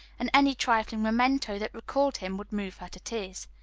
and any trifling memento that recalled him would move her to tears.